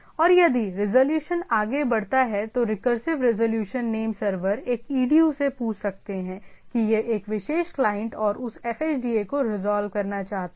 और यदि रिज़ॉल्यूशन आगे बढ़ता है तो रिकरसिव रिज़ॉल्यूशन नेम सर्वर एक edu से पूछ सकते हैं कि यह एक विशेष क्लाइंट और उस fhda को रिजॉल्व करना चाहता है